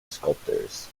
sculptors